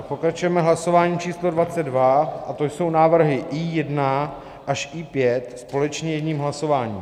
Pokračujeme hlasováním číslo dvacet dva a to jsou návrhy I1 až I5 společně jedním hlasováním.